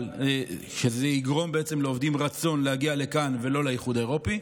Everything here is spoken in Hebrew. אבל זה יגרום לעובדים לרצות לבוא לכאן ולא לאיחוד האירופי.